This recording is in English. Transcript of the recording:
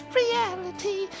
reality